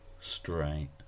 Straight